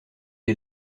est